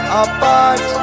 apart